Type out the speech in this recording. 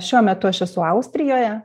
šiuo metu aš esu austrijoje